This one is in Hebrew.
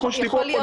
כמו שדיברו פה,